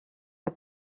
der